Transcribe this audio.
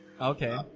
Okay